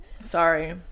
Sorry